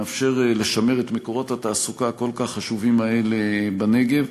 מאפשר לשמר את מקורות התעסוקה הכל-כך חשובים האלה בנגב,